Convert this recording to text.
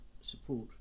support